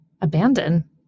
abandon